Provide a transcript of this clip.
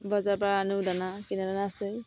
বজাৰৰ পৰা আনো দানা কিনা দানা আছে